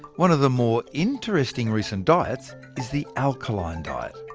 one of the more interesting recent diets is the alkaline diet.